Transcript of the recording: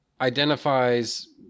identifies